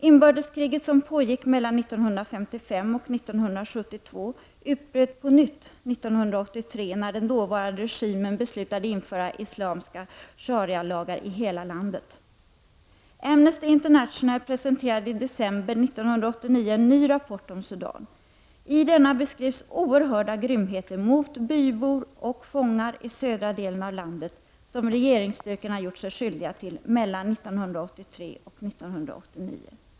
Inbördeskriget, som pågick mellan 1955 och 1972, utbröt på nytt 1983, när den dåvarande regimen beslutade införa islamska sharialagar i hela landet. Amnesty International presenterade i december 1989 en ny rapport om Sudan. I denna beskrivs oerhörda grymheter mot bybor och fångar i södra delen av landet, vilka regeringsstyrkorna gjort sig skyldiga till mellan 1983 och 1989.